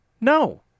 No